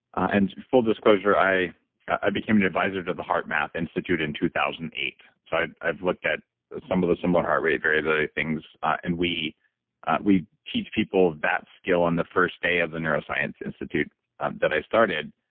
and full disclosure, i i became an advisor to the heartmath institute in two thousand and eight. so i've looked at some of the similar heart rate variability things. and we we teach people that skill on the first day of the neuroscience institute that i started,